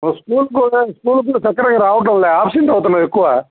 school కూడా school కూడా సక్రమంగా రావటంలా ఆబ్సెంట్ అవుతున్నావు ఎక్కువ